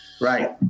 Right